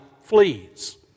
flees